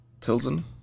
Pilsen